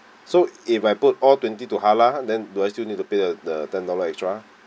so if I put all twenty two halal then do I still need to pay the ten dollar extra